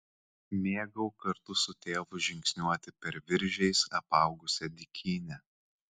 mėgau kartu su tėvu žingsniuoti per viržiais apaugusią dykynę